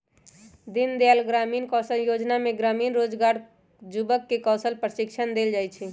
दीनदयाल ग्रामीण कौशल जोजना में ग्रामीण बेरोजगार जुबक के कौशल प्रशिक्षण देल जाइ छइ